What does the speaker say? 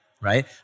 right